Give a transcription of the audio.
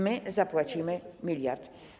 My zapłacimy miliard.